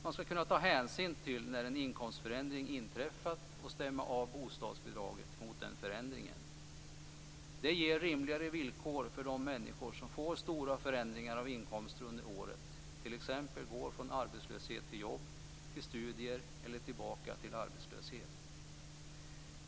Man skall kunna ta hänsyn till när en inkomstförändring inträffat och stämma av bostadsbidraget mot den förändringen. Det ger rimligare villkor för de människor som får stora förändringar av inkomster under året, t.ex. går från arbetslöshet till jobb, till studier eller tillbaka till arbetslöshet.